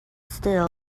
still